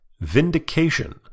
Vindication